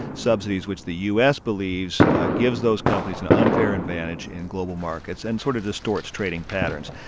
subsidies which the u s. believes gives those companies an unfair advantage in global markets and sort of distorts trading patterns.